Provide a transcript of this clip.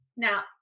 Now